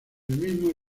mismo